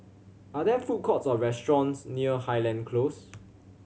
are there food courts or restaurants near Highland Close